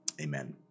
Amen